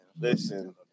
listen